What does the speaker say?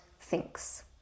thinks